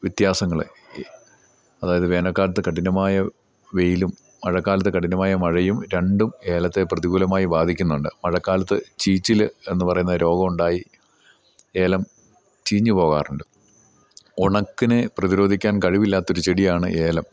വ്യത്യാസങ്ങൾ അതായത് വേനൽക്കാലത്ത് കഠിനമായ വെയിലും മഴക്കാലത്ത് കഠിനമായ മഴയും രണ്ടും ഏലത്തെ പ്രതികൂലമായി ബാധിക്കുന്നുണ്ട് മഴക്കാലത്ത് ചീച്ചിൽ എന്നു പറയുന്ന രോഗം ഉണ്ടായി ഏലം ചീഞ്ഞു പോകാറുണ്ട് ഉണക്കത്തിനെ പ്രതിരോധിക്കാൻ കഴിവില്ലാത്തൊരു ചെടിയാണ് ഏലം